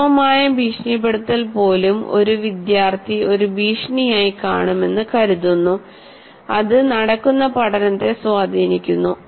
സൂക്ഷ്മമായ ഭീഷണിപ്പെടുത്തൽ പോലും ഒരു വിദ്യാർത്ഥി ഒരു ഭീഷണിയായി കാണുമെന്ന് കരുതുന്നു അത് നടക്കുന്ന പഠനത്തെ സ്വാധീനിക്കുന്നു